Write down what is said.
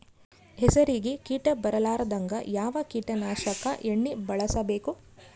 ಹೆಸರಿಗಿ ಕೀಟ ಬರಲಾರದಂಗ ಯಾವ ಕೀಟನಾಶಕ ಎಣ್ಣಿಬಳಸಬೇಕು?